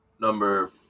Number